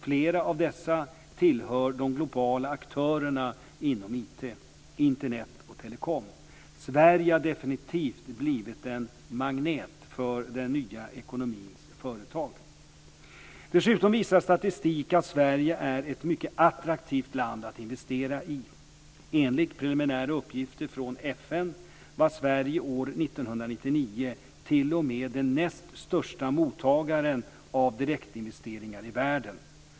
Flera av dessa tillhör de globala aktörerna inom IT, Internet och telekom. Sverige har definitivt blivit en magnet för den nya ekonomins företag. Dessutom visar statistik att Sverige är ett mycket attraktivt land att investera i. Enligt preliminära uppgifter från FN var Sverige år 1999 t.o.m. den näst största mottagaren av direktinvesteringar i världen.